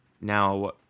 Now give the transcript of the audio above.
Now